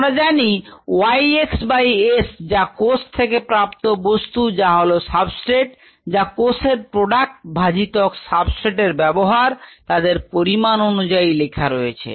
আমরা জানি Y x s যা কোষ থেকে প্রাপ্ত বস্তু যা হলো সাবস্ট্রেট যা কোষ এর প্রোডাক্ট ভাজিতক সাবস্ট্রেট এর ব্যবহার তাদের পরিমাণ অনুযায়ী লেখা রয়েছে